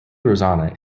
rosanna